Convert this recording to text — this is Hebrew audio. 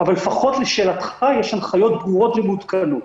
אבל לשאלתך: יש הנחיות ברורות ומעודכנות.